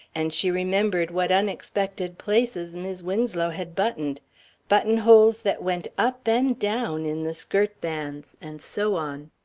and she remembered what unexpected places mis' winslow had buttoned buttonholes that went up and down in the skirt bands, and so on.